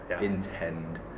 intend